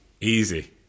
Easy